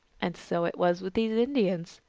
and so it was with these indians.